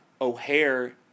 O'Hare